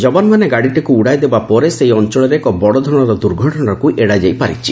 ଯବାନମାନେ ଗାଡ଼ିଟିକ୍ ଉଡାଇଦେବା ପରେ ସେହି ଅଞ୍ଚଳରେ ଏକ ବଡଧରଣର ଦୁର୍ଘଟଣାକୁ ଏଡାଯାଇପାରିଛି